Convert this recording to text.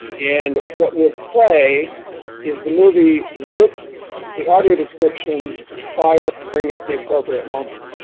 and what will play is the movie with the audio descriptions firing firing at the appropriate moment.